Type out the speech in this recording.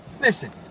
Listen